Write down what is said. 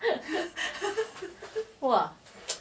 !wah!